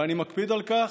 ואני מקפיד על כך.